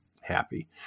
happy